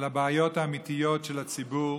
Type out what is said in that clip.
על הבעיות האמיתיות של הציבור